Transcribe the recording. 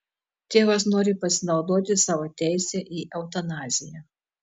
tėvas nori pasinaudoti savo teise į eutanaziją